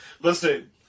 Listen